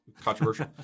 controversial